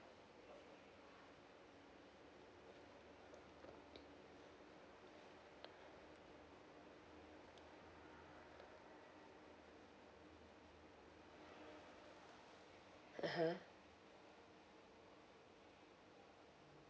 (uh huh)